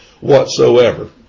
whatsoever